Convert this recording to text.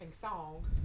song